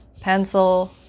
pencil